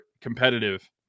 competitive